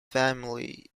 family